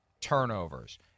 turnovers